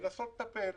ולנסות לטפל.